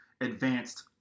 advanced